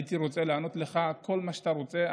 הייתי רוצה לענות לך על כל מה שאתה רוצה,